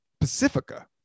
Pacifica